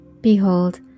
Behold